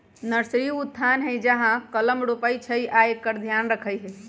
nursery उ स्थान हइ जहा कलम रोपइ छइ आ एकर ध्यान रखहइ